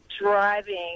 driving